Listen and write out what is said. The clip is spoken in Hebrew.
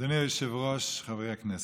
אדוני היושב-ראש, חברי הכנסת,